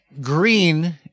green